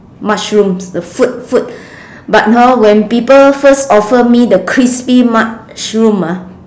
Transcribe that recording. mushroom the food food but hor when people first offer me the crispy mushroom ah